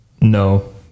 no